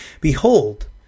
behold